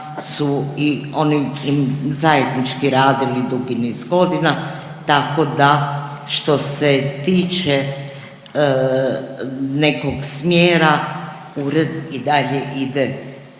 su i oni zajednički radili dugi niz godina, tako da, što se tiče nekog smjera, ured i dalje ide